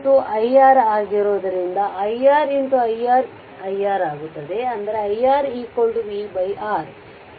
v iR ಆಗಿರುವುದರಿಂದ iR iR iR v R ಇದೇ ರೀತಿ iC C dv dt